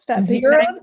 Zero